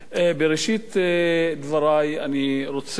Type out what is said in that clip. בראשית דברי אני רוצה